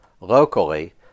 locally